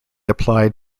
applied